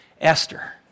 Esther